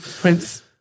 Prince